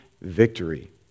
victory